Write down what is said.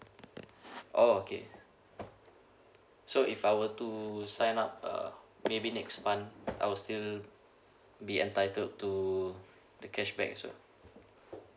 oh okay so if I were to sign up uh maybe next month I will still be entitled to the cashback as well